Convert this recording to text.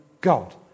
God